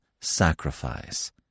sacrifice